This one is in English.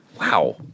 Wow